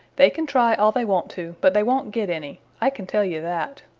they can try all they want to, but they won't get any i can tell you that.